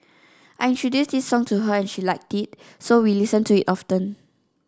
I introduced this song to her and she liked it so we listen to it often